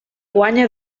guanya